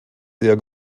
sehr